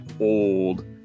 Old